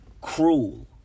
cruel